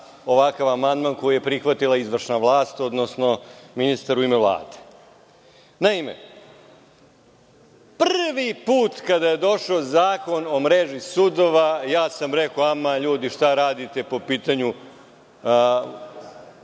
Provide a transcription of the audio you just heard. ovakav amandman koji je prihvatila izvršna vlast, odnosno ministar u ime Vlade. Naime, prvi put kada je došao Zakon o mreži sudova rekao sam – aman, ljudi, šta radite po pitanju